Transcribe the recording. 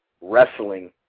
wrestling